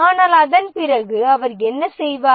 ஆனால் அதன் பிறகு அவர் என்ன செய்வார்